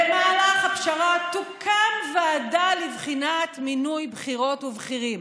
במהלך הפשרה תוקם ועדה לבחינת מינוי בכירות ובכירים.